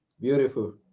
beautiful